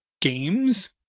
games